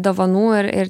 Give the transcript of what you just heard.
dovanų ir ir